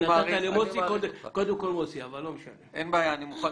אני רוצה